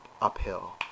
uphill